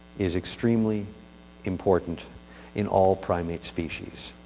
is extremely important in all primate species.